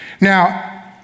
Now